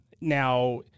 Now